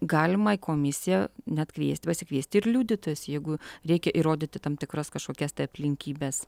galima į komisiją net kviesti pasikviesti ir liudytojus jeigu reikia įrodyti tam tikras kažkokias tai aplinkybes